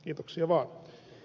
kiitoksia vaan